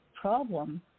problem